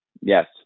Yes